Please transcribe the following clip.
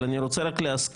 אבל אני רוצה רק להזכיר,